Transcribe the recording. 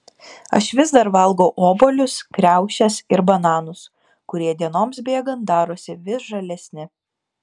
aš vis dar valgau obuolius kriaušes ir bananus kurie dienoms bėgant darosi vis žalesni